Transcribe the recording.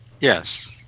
yes